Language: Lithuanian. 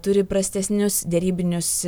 turi prastesnius derybinius